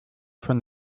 von